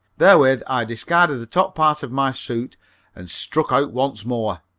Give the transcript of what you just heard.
therewith i discarded the top part of my suit and struck out once more.